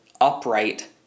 upright